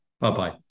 Bye-bye